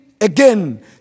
again